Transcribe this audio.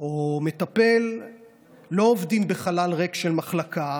או מטפל לא עובדים בחלל ריק של מחלקה,